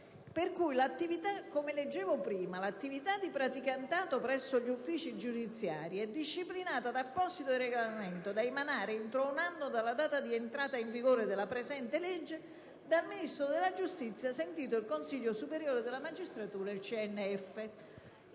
1. L'attività di praticantato presso gli uffici giudiziari è disciplinata da apposito regolamento da emanare, entro un anno dalla data di entrata in vigore della presente legge, dal Ministro della giustizia, sentiti il Consiglio superiore della magistratura e il CNF.